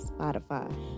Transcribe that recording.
Spotify